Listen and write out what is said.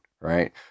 right